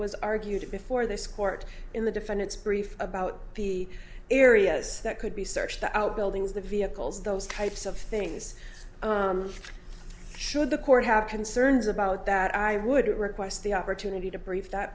was argued before this court in the defendant's brief about the areas that could be searched the outbuildings the vehicles those types of things should the court have concerns about that i would request the opportunity to brief that